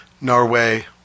Norway